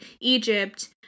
Egypt